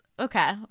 Okay